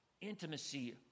intimacy